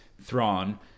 Thrawn